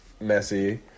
messy